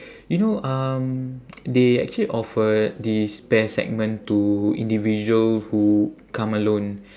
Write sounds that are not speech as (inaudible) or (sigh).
you know um (noise) they actually offered this pair segment to individual who come alone